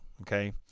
okay